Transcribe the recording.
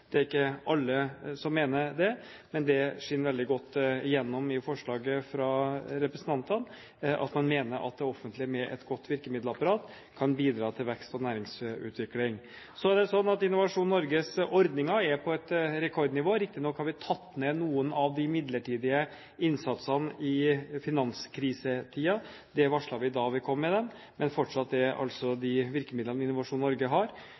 Det er ikke alle som mener det, men det skinner veldig godt gjennom i forslaget fra representantene at man mener at det offentlige med et godt virkemiddelapparat kan bidra til vekst- og næringsutvikling. Så er det slik at Innovasjon Norges ordninger er på et rekordnivå. Riktignok har vi tatt ned noen av de midlertidige innsatsene i finanskrisetider, det varslet vi da vi kom med dem, men fortsatt er altså de virkemidlene Innovasjon Norge har,